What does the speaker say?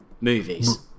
movies